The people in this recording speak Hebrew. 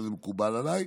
וזה מקובל עליי.